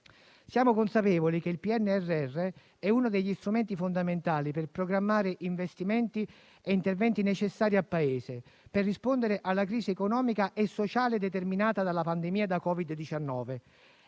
Siamo consapevoli che il PNRR è uno degli strumenti fondamentali per programmare investimenti e interventi necessari al Paese, per rispondere alla crisi economica e sociale determinata dalla pandemia da Covid-19;